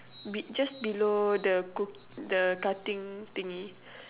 be just below the co~ the cutting thingy